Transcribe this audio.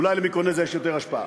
אולי למיקרונזיה יש יותר השפעה.